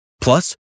Plus